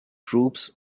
troops